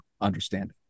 understanding